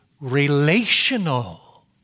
relational